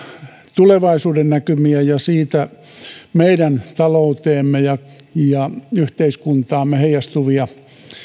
tulevaisuudennäkymiä ja niistä meidän talouteemme ja ja yhteiskuntaamme heijastuvia